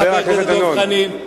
חבר הכנסת דב חנין.